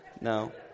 No